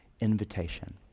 Invitation